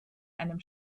einem